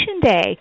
Day